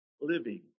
living